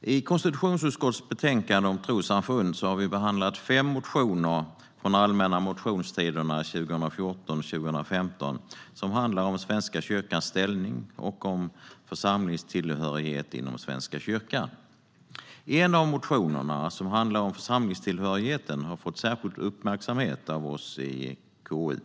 I konstitutionsutskottets betänkande Trossamfund har vi behandlat fem motioner från de allmänna motionstiderna 2014 och 2015 som handlar om Svenska kyrkans ställning och om församlingstillhörighet inom Svenska kyrkan. Motion 2015/16:760 av Hans Wallmark om församlingstillhörighet har fått särskild uppmärksamhet av oss i KU.